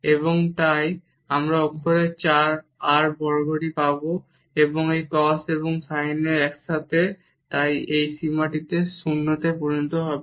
এবং তাই আমরা অক্ষরে r বর্গটি পাবো এবং এই cos এবং sin এর সাথে একসাথে তাই এই সীমাটি 0 তে পরিণত হবে